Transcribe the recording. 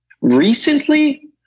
Recently